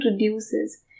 reduces